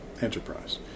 enterprise